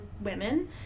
women